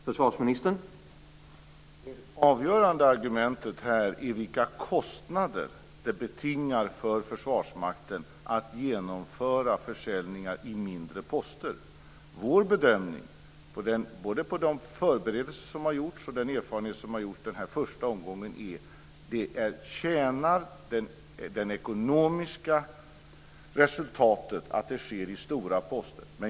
Herr talman! Det avgörande argumentet här är vilka kostnader det betingar för Försvarsmakten att genomföra försäljningar i mindre poster. Vår bedömning är på basis av både de förberedelser som har gjorts och den erfarenhet som har gjorts i första omgången att det tjänar det ekonomiska resultatet att försäljningar sker i stora poster.